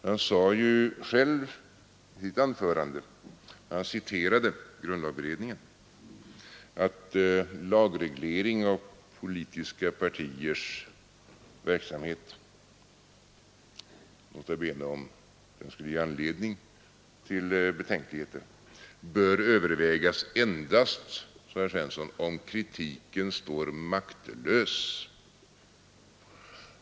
Han citerade ju själv i sitt anförande grundlagberedningen, som sagt att lagreglering av politiska partiers verksamhet — nota bene om denna skulle ge anledning till betänkligheter — bör övervägas endast om kritiken står maktlös.